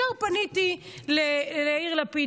ישר פניתי ליאיר לפיד,